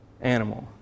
animal